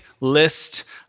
list